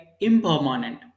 impermanent